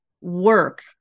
work